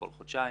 כל חודשיים.